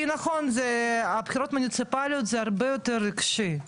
כי נכון נכון זה הבחירות המוניציפאליות זה הרבה יותר רגשי.